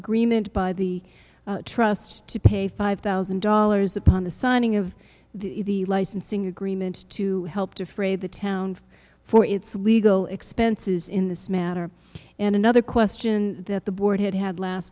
agreement by the trust to pay five thousand dollars upon the signing of the licensing agreement to help defray the town for its legal expenses in this matter and another question that the board had had last